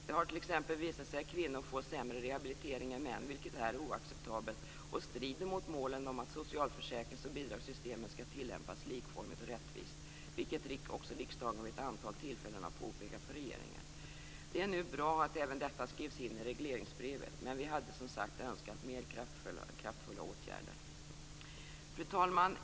Det har t.ex. visat sig att kvinnor får sämre rehabilitering än män, vilket är oacceptabelt och strider mot målen om att socialförsäkrings och bidragssystemen skall tillämpas likformigt och rättvist. Riksdagen har också vid ett antal tillfällen påpekat detta för regeringen. Det är nu bra att även detta skrivs in i regleringsbrevet, men vi hade som sagt önskat mer kraftfulla åtgärder. Fru talman!